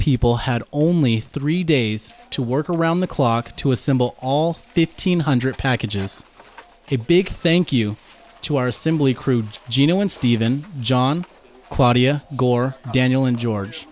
people had only three days to work around the clock to assemble all fifteen hundred packages a big thank you to our assembly crude gino and stephen john claudia gore daniel and george